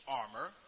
armor